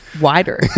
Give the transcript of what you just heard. wider